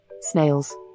snails